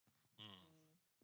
(uh huh)